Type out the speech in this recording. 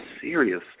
serious